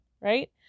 right